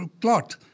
clot